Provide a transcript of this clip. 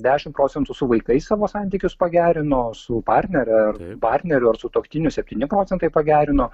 dešimt procentų su vaikais savo santykius pagerino su partnere ar partneriu ar sutuoktiniu septyni procentai pagerino